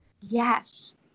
Yes